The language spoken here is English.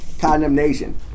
condemnation